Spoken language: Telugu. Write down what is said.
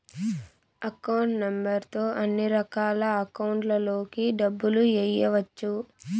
అకౌంట్ నెంబర్ తో అన్నిరకాల అకౌంట్లలోకి డబ్బులు ఎయ్యవచ్చు